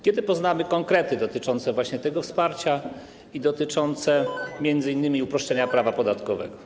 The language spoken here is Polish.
Kiedy poznamy konkrety dotyczące właśnie tego wsparcia i dotyczące m.in. uproszczenia prawa podatkowego?